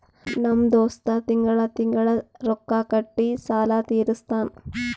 ನಮ್ ದೋಸ್ತ ತಿಂಗಳಾ ತಿಂಗಳಾ ರೊಕ್ಕಾ ಕೊಟ್ಟಿ ಸಾಲ ತೀರಸ್ತಾನ್